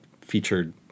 featured